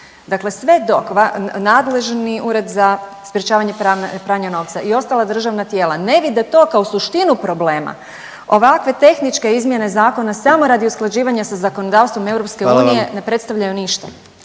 Dakle, sve dok nadležni Ured za sprječavanje pranja novca i ostala državna tijela ne vide to kao suštinu problema ovakve tehničke izmjene zakona samo radi usklađivanja sa zakonodavstvom EU …/Upadica